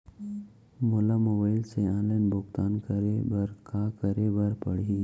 मोला मोबाइल से ऑनलाइन भुगतान करे बर का करे बर पड़ही?